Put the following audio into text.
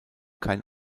kein